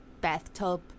bathtub